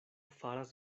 faras